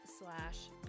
slash